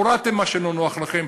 הורדתם מה שלא נוח לכם?